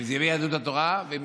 אם זה מיהדות התורה ואם,